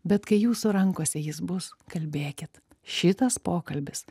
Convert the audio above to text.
bet kai jūsų rankose jis bus kalbėkit šitas pokalbis